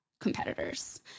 competitors